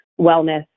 wellness